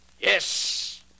Yes